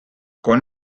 con